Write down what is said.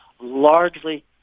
largely